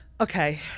Okay